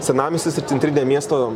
senamiestis ir centrinė miesto